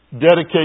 dedicate